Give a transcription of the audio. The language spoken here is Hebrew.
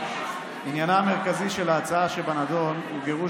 עניינה המרכזי של ההצעה שבנדון הוא גירוש